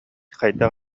хайдах